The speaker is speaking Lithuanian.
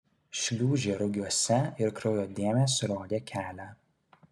šliūžė rugiuose ir kraujo dėmės rodė kelią